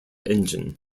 engine